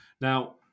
Now